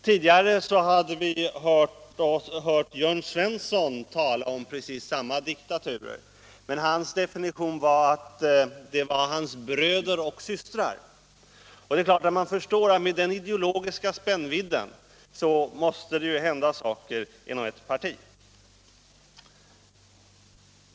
Tidigare har vi hört Jörn Svensson tala om precis samma diktaturer, men han kallade dem sina bröder och systrar. Man förstår att det med en sådan ideologisk spännvidd måste hända saker inom ett parti.